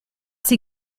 sie